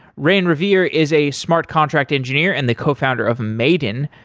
raine revere is a smart contract engineer and the cofounder of maiden,